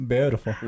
Beautiful